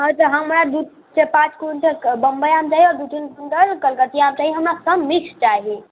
हँ तऽ हमरा दूसँ पाँच क्विन्टल बम्बइ आम चाही आओर दू तीन क्विन्टल कलकतिया चाही हमरा सब मिक्स चाही